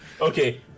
Okay